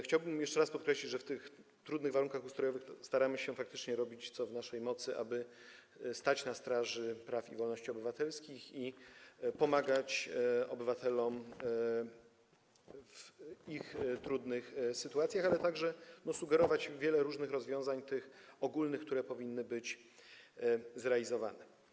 Chciałbym jeszcze raz podkreślić, że w tych trudnych warunkach ustrojowych staramy się faktycznie robić to, co w naszej mocy, aby stać na straży praw i wolności obywatelskich i pomagać obywatelom w ich trudnych sytuacjach, ale także sugerować wiele różnych rozwiązań ogólnych, które powinny być wdrażane.